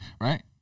Right